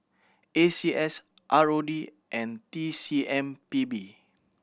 A C S R O D and T C M P B